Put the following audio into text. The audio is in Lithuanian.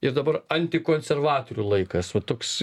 ir dabar antikonservatorių laikas va toks